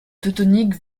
teutonique